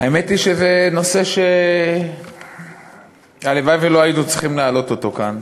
האמת היא שזה נושא שהלוואי ולא היינו צריכים להעלות אותו כאן.